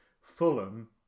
Fulham